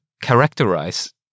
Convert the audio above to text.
characterize